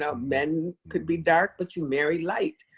ah men could be dark, but you marry light.